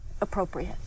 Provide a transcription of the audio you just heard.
appropriate